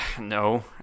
No